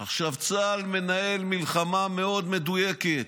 עכשיו, צה"ל מנהל מלחמה מאוד מדויקת.